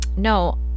no